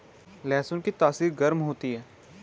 लहसुन की तासीर गर्म होती है